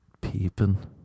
peeping